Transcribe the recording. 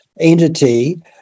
entity